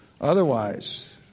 Otherwise